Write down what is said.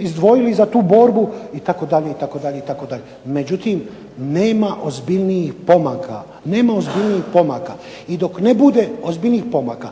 izdvojili za tu borbu itd. Međutim, nema ozbiljnijih pomaka, nema ozbiljnijih pomaka. I dok ne bude ozbiljnijih pomaka